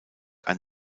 ein